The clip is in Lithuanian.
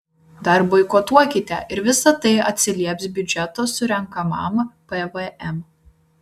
dar boikotuokite ir visa tai atsilieps biudžeto surenkamam pvm